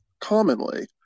commonly